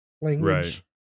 language